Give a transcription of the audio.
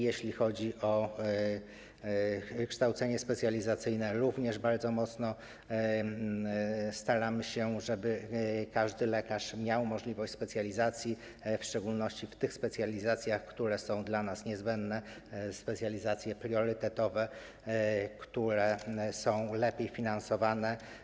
Jeśli chodzi o kształcenie specjalizacyjne, również bardzo mocno staramy się, żeby każdy lekarz miał możliwość specjalizacji, w szczególności w tych specjalizacjach, które są dla nas niezbędne, priorytetowe, które są lepiej finansowane.